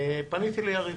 פניתי ליריב.